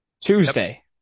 Tuesday